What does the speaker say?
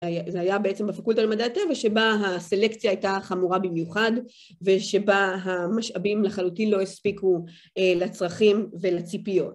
זה היה בעצם בפקולטה למדעי הטבע, שבה הסלקציה הייתה חמורה במיוחד, ושבה המשאבים לחלוטין לא הספיקו לצרכים ולציפיות.